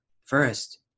first